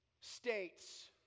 states